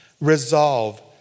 resolve